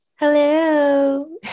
Hello